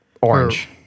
Orange